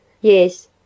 Yes